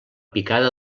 picada